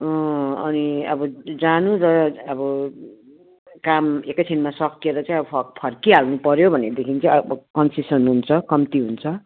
अँ अनि अब जानु र अब काम एकैछिनमा सकेर चाहिँ अब फ फर्किहाल्नु पर्यो भनेदेखि चाहिँ अब कन्सेसन हुन्छ कम्ती हुन्छ